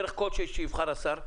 בדרך כלשהי שיבחר השר,